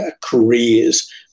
careers